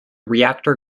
reactor